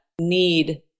need